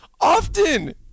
often